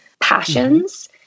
passions